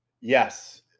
yes